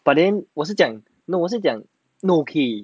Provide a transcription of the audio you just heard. but then 我是讲 no 我是讲 not okay